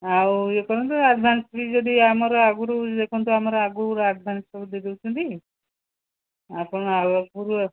ଆଉ ଇଏ କରନ୍ତୁ ଆଡ଼ଭାନ୍ସ ବି ଯଦି ଆମର ଆଗରୁ ଦେଖନ୍ତୁ ଆମର ଆଗରୁ ଆଡ଼ଭାନ୍ସ ସବୁ ଦେଇ ଦେଉଛନ୍ତି ଆପଣ ଆଗରୁ